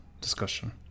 discussion